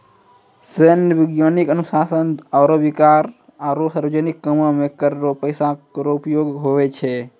सैन्य, वैज्ञानिक अनुसंधान आरो बिकास आरो सार्वजनिक कामो मे कर रो पैसा रो उपयोग हुवै छै